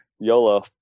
YOLO